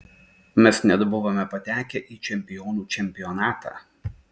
mes net buvome patekę į čempionų čempionatą